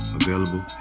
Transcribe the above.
available